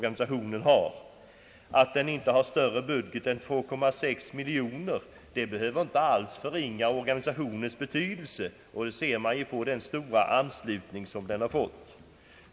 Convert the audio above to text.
Att den inte har större budget än 2,6 miljoner kronor behöver inte alls förringa dess betydelse, vilket ju för övrigt framgår av den stora anslutning organisationen fått.